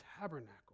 tabernacle